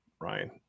Ryan